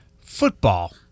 football